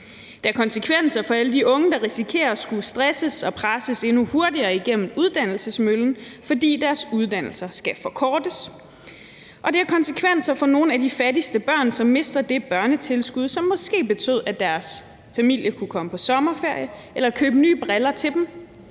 det har konsekvenser for alle de unge, der risikerer at skulle stresses og presses endnu hurtigere igennem uddannelsesmøllen, fordi deres uddannelser skal forkortes; det har konsekvenser for nogle af de fattigste børn, som mister det børnetilskud, som måske betød, at deres familie kunne komme på sommerferie eller kunne købe nye briller til dem,